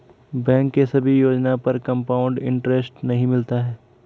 bank के सभी योजना पर कंपाउड इन्टरेस्ट नहीं मिलता है